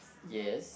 yes